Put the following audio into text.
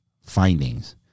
findings